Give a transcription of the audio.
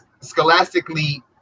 scholastically